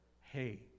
hey